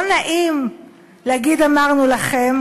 זה לא נעים להגיד "אמרנו לכם",